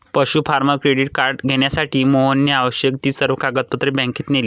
पशु farmer credit card घेण्यासाठी मोहनने आवश्यक ती सर्व कागदपत्रे बँकेत नेली